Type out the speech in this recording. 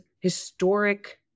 historic